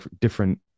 different